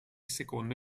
secondo